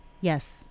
Yes